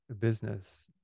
business